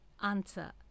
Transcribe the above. Answer